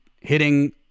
hitting